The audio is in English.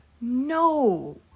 No